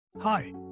Hi